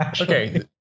Okay